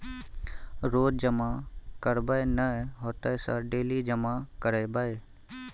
रोज जमा करबे नए होते सर डेली जमा करैबै?